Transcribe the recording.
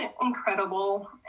incredible